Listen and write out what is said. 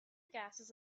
gases